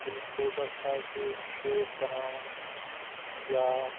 کُنہِ فروٹَس آسہِ شیک بَناوُن یا